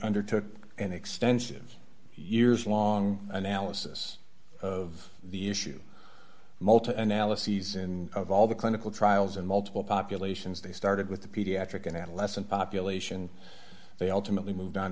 undertook an extensive years long analysis of the issue multiple analyses in of all the clinical trials and multiple populations they started with the pediatric and adolescent population they ultimately moved